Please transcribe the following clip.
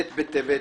ט' בטבת,